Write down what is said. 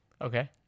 Okay